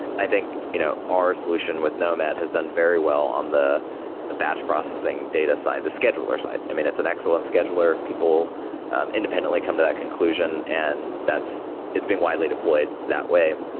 i think you know our solution with nomad has done very well on the the batch processing data side, the scheduler side. i mean, it's an excellent scheduler. people independently come to that conclusion and it's been widely deployed that way,